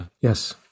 Yes